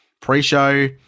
pre-show